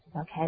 Okay